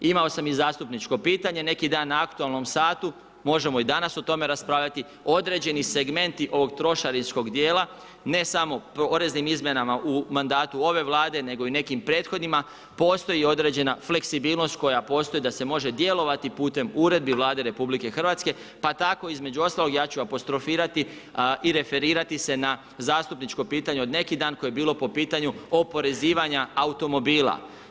Imao sam i zastupničko pitanje neki dan, na aktualnom satu, možemo i danas o tome raspravljati, određeni segmenti ovog trošaričkog dijela, ne samo poreznim izmjenama u mandatu ove vlade, nego i u nekim prethodnima, postoji određena fleksibilnost koja postoji da se može djelovati putem Uredbi Vlade Republike Hrvatske, pa tako između ostalog ja ću apostrofirati i referirati se na zastupničko pitanje od neki dan, koje je bilo po pitanju oporezivanja automobila.